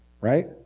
right